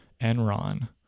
Enron